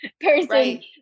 person